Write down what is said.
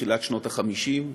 לכן,